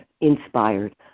inspired